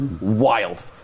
wild